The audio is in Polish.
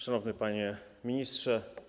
Szanowny Panie Ministrze!